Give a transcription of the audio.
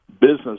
business